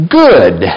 good